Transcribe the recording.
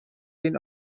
این